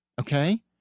okay